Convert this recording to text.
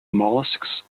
molluscs